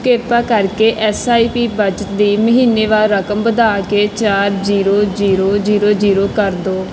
ਕ੍ਰਿਪਾ ਕਰਕੇ S I P ਬੱਚਤ ਦੀ ਮਹੀਨੇਵਾਰ ਰਕਮ ਵਧਾ ਕੇ ਚਾਰ ਜੀਰੋ ਜੀਰੋ ਜੀਰੋ ਜੀਰੋ ਕਰ ਦਿਓ